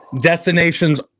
Destinations